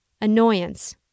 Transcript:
annoyance